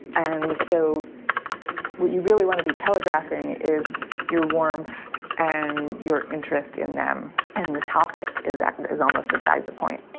and so what you really want to be telegraphing is your warmth and your interest in them. and the topic is that is almost beside the point